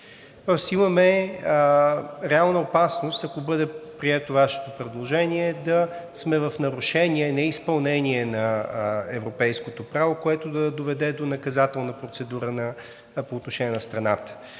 имаме реална опасност, ако бъде прието Вашето предложение, да сме в нарушение, неизпълнение на европейското право, което да доведе до наказателна процедура по отношение на страната.